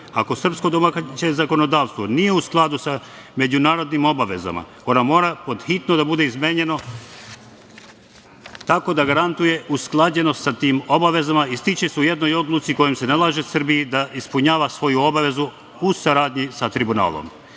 Ako srpsko domaće zakonodavstvo nije u skladu sa međunarodnim obavezama, ono mora pod hitno da bude izmenjeno tako da garantuje usklađenost sa tim obavezama i stiče se u jednoj odluci kojom se nalaže Srbiji da ispunjava svoju obavezu u saradnji sa tribunalom. Kao